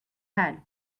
head